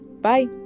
Bye